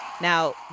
Now